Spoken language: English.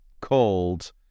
called